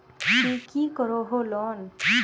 ती की करोहो लोन?